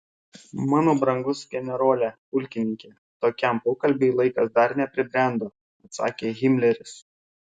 mano brangus generole pulkininke tokiam pokalbiui laikas dar nepribrendo atsakė himleris